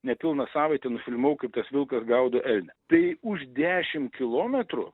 nepilną savaitę nufilmavau kaip tas vilkas gaudo elnią tai už dešim kilometrų